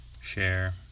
share